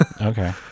okay